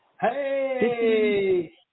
Hey